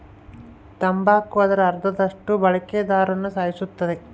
ತಂಬಾಕು ಅದರ ಅರ್ಧದಷ್ಟು ಬಳಕೆದಾರ್ರುನ ಸಾಯಿಸುತ್ತದೆ